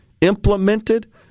implemented